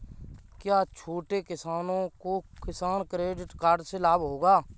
क्या छोटे किसानों को किसान क्रेडिट कार्ड से लाभ होगा?